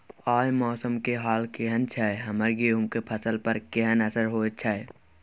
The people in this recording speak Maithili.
आय मौसम के हाल केहन छै हमर गेहूं के फसल पर केहन असर होय छै?